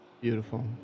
Beautiful